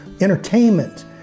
entertainment